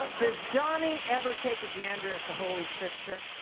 does donny ever take a gander at the holy scripture.